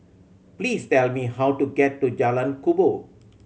please tell me how to get to Jalan Kubor